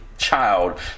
Child